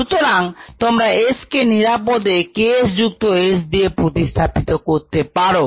সুতরাং তোমরা s কে নিরাপদে K s যুক্ত s দিয়ে প্রতিস্থাপিত করতে পারো